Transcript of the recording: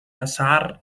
azahar